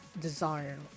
desire